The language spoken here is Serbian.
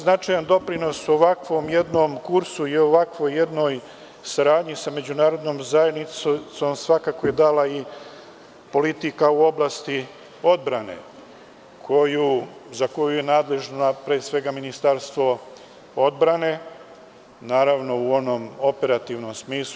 Značajan doprinos ovakvom jednom kursu i ovakvoj jednoj saradnji sa međunarodnom zajednicom svakako je dala i politika u oblasti odbrane za koju je nadležno pre svega Ministarstvo odbrane u onom operativnom smislu.